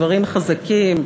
דברים חזקים,